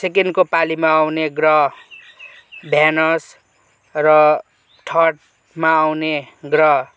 सेकेन्डको पालीमा आउने ग्रह भेनस र थर्डमा आउने ग्रह